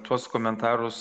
tuos komentarus